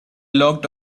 locked